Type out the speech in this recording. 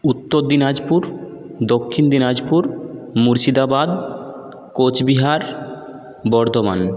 Uttar Dinajpur Dakshin Dinajpur Murshidabad Cooch Behar Bardhaman